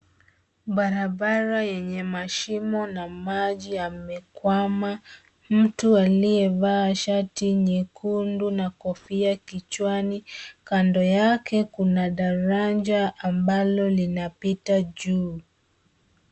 Barabara yenye mashimo na maji yamekwama. Mtu aliyevaa shati nyekundu na kofia kichwani kando yake kuna daraja ambalo linapita juu.